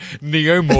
Neo